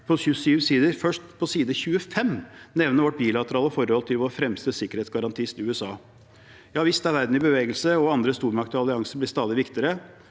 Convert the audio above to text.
først på side 25 nevner vårt bilaterale forhold til vår fremste sikkerhetsgarantist USA. Ja visst er verden i bevegelse, og andre stormakter og allianser blir stadig viktigere.